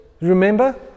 remember